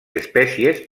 espècies